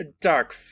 dark